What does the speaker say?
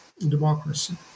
democracy